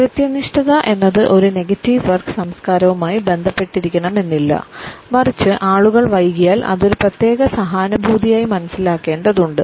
കൃത്യനിഷ്ഠത എന്നത് ഒരു negative work സംസ്കാരവുമായി ബന്ധപ്പെട്ടിരിക്കണമെന്നില്ല മറിച്ച് ആളുകൾ വൈകിയാൽ അത് ഒരു പ്രത്യേക സഹാനുഭൂതിയായി മനസ്സിലാക്കേണ്ടതുണ്ട്